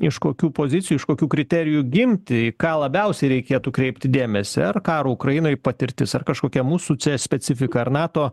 iš kokių pozicijų iš kokių kriterijų gimti ką labiausiai reikėtų kreipti dėmesį ar karą ukrainoj patirtis ar kažkokia mūsų cea specifika ar nato